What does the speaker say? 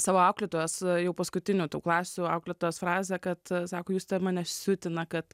savo auklėtojos jau paskutinių tų klasių auklėtojos frazę kad sako jūs mane siutina kad